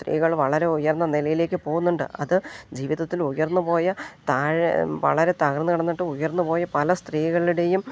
സ്ത്രീകൾ വളരെ ഉയർന്ന നിലയിലേക്ക് പോകുന്നുണ്ട് അത് ജീവിതത്തിൽ ഉയർന്നു പോയ താഴെ വളരെ തകർന്നു കിടന്നിട്ടും ഉയർന്നു പോയ പല സ്ത്രീകളുടെയും